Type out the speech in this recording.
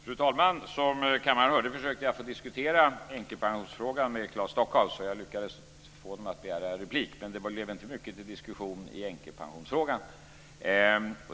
Fru talman! Som kammaren hörde försökte jag diskutera änkepensionsfrågan med Claes Stockhaus. Jag lyckades få honom att begära replik, men det blev inte mycket till diskussion i änkepensionsfrågan.